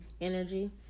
energy